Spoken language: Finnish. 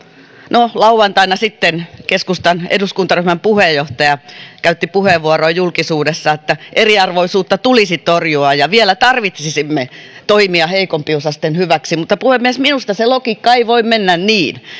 no lauantaina sitten keskustan eduskuntaryhmän puheenjohtaja käytti puheenvuoroa julkisuudessa että eriarvoisuutta tulisi torjua ja vielä tarvitsisimme toimia heikompiosaisten hyväksi mutta puhemies minusta se logiikka ei voi mennä niin